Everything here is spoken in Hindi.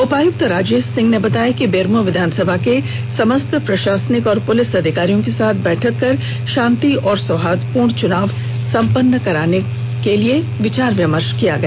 उपायुक्त राजेश सिंह ने बताया है कि बेरमो विधानसभा के समस्त प्रशासनिक और पुलिस अधिकारियों के साथ बैठक कर शांति और सौहार्दपूर्ण चुनाव संपन्न कराने पर विचार विमर्श किया गया